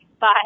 bye